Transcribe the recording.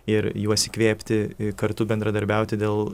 ir juos įkvėpti kartu bendradarbiauti dėl